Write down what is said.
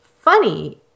funny